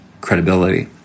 credibility